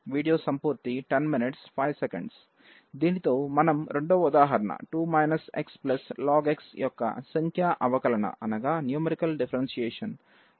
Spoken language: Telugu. వీడియో సంపూర్తి 1005 దీనితో మనం రెండవ ఉదాహరణ 2 x ln x యొక్క సంఖ్యా అవకలన పూర్తిచేసాం